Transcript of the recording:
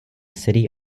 city